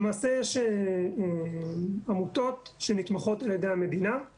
למעשה יש עמותות שנתמכות על ידי המדינה,